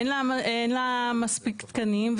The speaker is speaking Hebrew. אין לה מספיק תקנים,